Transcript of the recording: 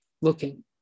looking